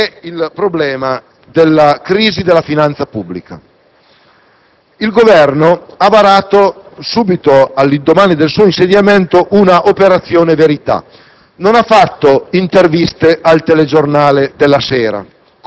Il secondo problema dell'Italia è quello della crisi della finanza pubblica. Il Governo ha varato, all'indomani del suo insediamento, un'operazione verità;